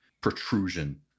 protrusion